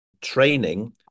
training